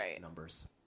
numbers